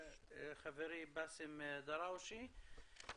חברי באסם דראושה.